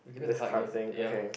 you can do the card game ya